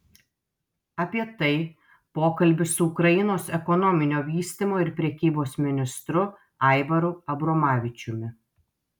apie tai pokalbis su ukrainos ekonominio vystymo ir prekybos ministru aivaru abromavičiumi